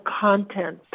content